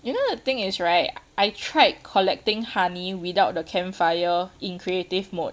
you know the thing is right I tried collecting honey without the campfire in creative mode